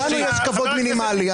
גם לנו יש כבוד מינימלי.